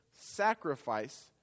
sacrifice